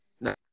no